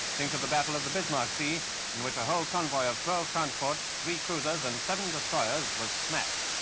think of the battle of the bismarck sea in which a whole convoy of twelve transports, three cruisers, and seven destroyers was smashed.